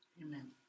Amen